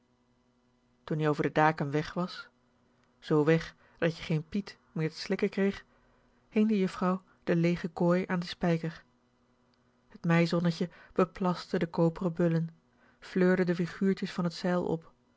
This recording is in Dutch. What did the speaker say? kousen toen-ie over de daken weg was zoo weg dat je geen piet meer te slikken kreeg hing de juffrouw de leege kooi aan den spijker t meizonnetje beplaste de koperen bullen fleurde de figuurtjes van t zeil op